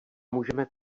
můžeme